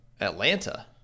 Atlanta